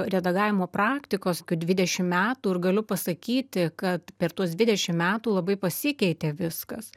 redagavimo praktikos kokių dvidešimt metų ir galiu pasakyti kad per tuos dvidešimt metų labai pasikeitė viskas